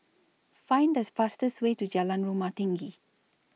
Find This fastest Way to Jalan Rumah Tinggi